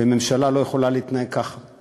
והממשלה לא יכולה להתנהג ככה.